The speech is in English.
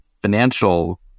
financial